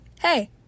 Hey